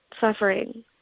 suffering